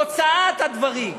תוצאת הדברים,